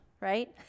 right